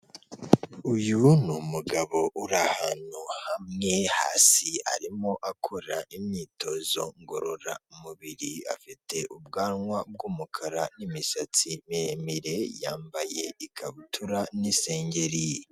Uyu ni umugabo uri ahantu hamwe hasi arimo akora imyitozo ngororamubiri. Afite ubwanwa bw'umukara n'imisatsi miremire. Yambaye ikabutura n'isengeri.